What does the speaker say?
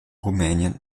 rumänien